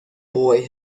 boy